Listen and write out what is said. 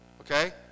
okay